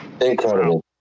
Incredible